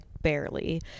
barely